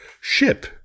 ship